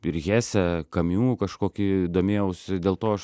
ir hesę kamiu kažkokį domėjausi dėl to aš